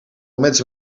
mensen